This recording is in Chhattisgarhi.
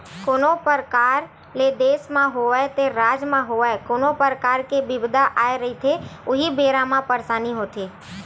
कोनो परकार ले देस म होवय ते राज म होवय कोनो परकार के बिपदा आए रहिथे उही बेरा म परसानी होथे